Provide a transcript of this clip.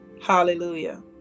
Hallelujah